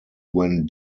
when